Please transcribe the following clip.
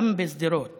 גם בשדרות